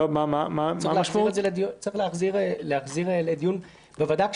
צריך להחזיר לדיון בוועדה,